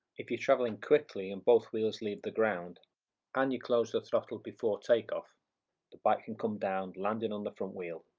if you're traveling quickly and both wheels leave the ground and you close the throttle before takeoff the bike can come down landing on the front wheel,